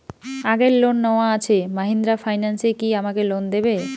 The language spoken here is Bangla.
আগের লোন নেওয়া আছে মাহিন্দ্রা ফাইন্যান্স কি আমাকে লোন দেবে?